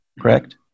correct